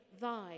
thy